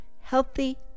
healthy